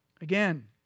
Again